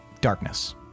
darkness